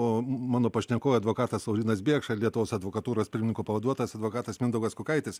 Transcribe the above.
o mano pašnekovai advokatas laurynas bėkša ir lietuvos advokatūros pirmininko pavaduotojas advokatas mindaugas kukaitis